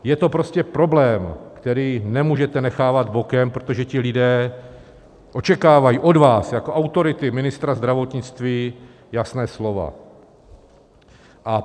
Je to prostě problém, který nemůžete nechávat bokem, protože ti lidé očekávají od vás jako autority, ministra zdravotnictví, jasná slova.